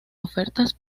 ofertas